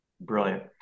brilliant